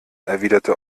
erwiderte